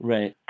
Right